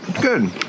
good